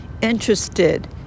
interested